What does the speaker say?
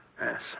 Yes